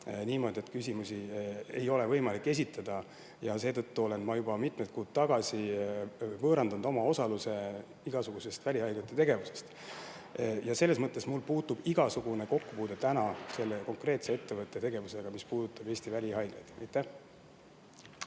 niimoodi, et küsimusi ei ole võimalik esitada. Ja seetõttu olen ma juba mitmed kuud tagasi võõrandanud oma osaluse igasuguses välihaiglate tegevuses. Selles mõttes mul puudub igasugune kokkupuude selle konkreetse ettevõtte tegevusega, mis puudutab Eesti välihaiglaid.